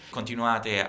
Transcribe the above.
Continuate